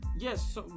Yes